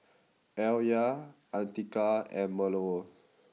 Alya Andika and Melur